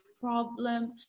problem